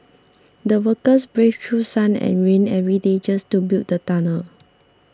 the workers braved through sun and rain every day just to build the tunnel